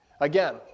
Again